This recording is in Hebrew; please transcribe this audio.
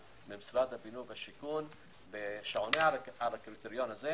ממשרד הבינוי והשיכון שעונה על הקריטריון הזה,